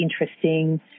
interesting